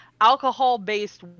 alcohol-based